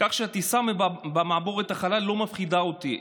כך שהטיסה במעבורת החלל לא מפחידה אותי.